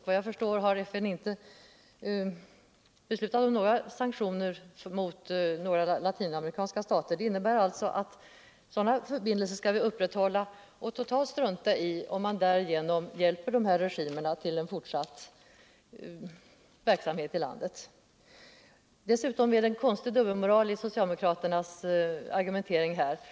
Vad jag vet har FN inte beslutat om sanktioner mot några latinamerikanska stater, och det innebär med Ingvar Svanbergs resonemang att vi skall upprätthålla handselsförbindelser med latinamerikanska stater och totalt strunta i om man därmed hjälper dessa regimer att fortsätta sin verksamhet i landet i fråga. Det är en konstig dubbelmoral i socialdemokraternas argumentering i den här frågan.